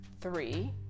Three